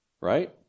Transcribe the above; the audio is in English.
Right